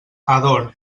ador